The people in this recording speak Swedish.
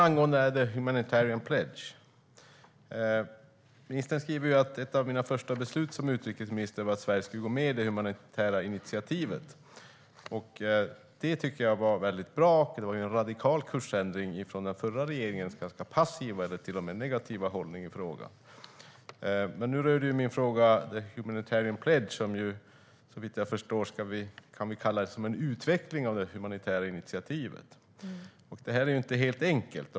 Angående Humanitarian Pledge skriver ministern: "Ett av mina första beslut som utrikesminister var att Sverige skulle gå med i det humanitära initiativet." Det tycker jag var mycket bra, och det var en radikal kursändring från den förra regeringens ganska passiva eller till och med negativa hållning i frågan. Men nu rörde min fråga Humanitarian Pledge, som ju, såvitt jag förstår, är en utveckling av det humanitära initiativet. Det här är inte helt enkelt.